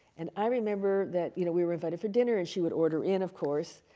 and i remember that, you know, we were invited for dinner, and she would order in, of course.